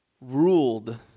ruled